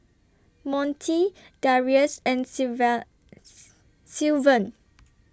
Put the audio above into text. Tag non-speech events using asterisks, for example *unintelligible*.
Monte Darius and *unintelligible* Sylvan